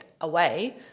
away